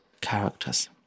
characters